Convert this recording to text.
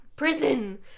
prison